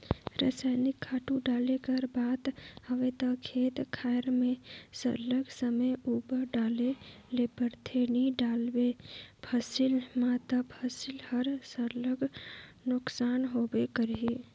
रसइनिक खातू डाले कर बात हवे ता खेत खाएर में सरलग समे उपर डाले ले परथे नी डालबे फसिल में ता फसिल हर सरलग नोसकान होबे करही